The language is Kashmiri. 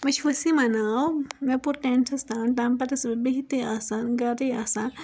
مےٚ چھُ وسیمہ ناو مےٚ پوٚر ٹینتھس تانۍ تَمہِ پَتہِ ٲسس بہٕ بیہتھٕے آسان گرے آسان